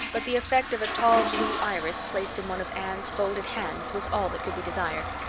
but the effect of a tall blue iris placed in one of anne's folded hands was all that could be desired.